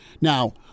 Now